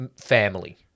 family